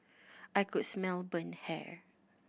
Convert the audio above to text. I could smell burnt hair